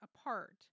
apart